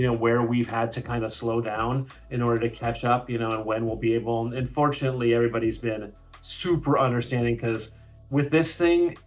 you know where we've had to kind of slow down in order to catch up, you know and when we'll be able, and fortunately, everybody's been super understanding because with this thing,